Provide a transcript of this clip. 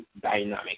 dynamic